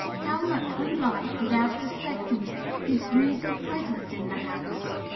how much we like, without suspecting it, his breezy presence in the house!